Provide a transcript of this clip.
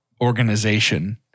organization